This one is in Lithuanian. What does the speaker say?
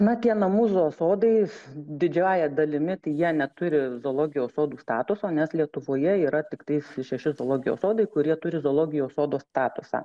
na tie namų zoo sodais didžiąja dalimi tai jie neturi zoologijos sodų statuso nes lietuvoje yra tiktai šeši zoologijos sodai kurie turi zoologijos sodo statusą